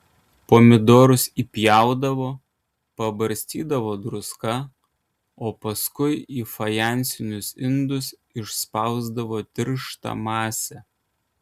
pomidorus įpjaudavo pabarstydavo druska o paskui į fajansinius indus išspausdavo tirštą masę